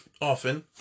often